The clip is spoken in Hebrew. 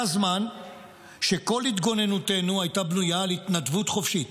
היה זמן שכל התגוננותנו הייתה בנויה על התנדבות חופשית.